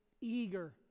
eager